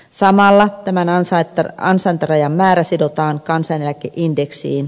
samalla tämän ansaintarajan määrä sidotaan kansaneläkeindeksiin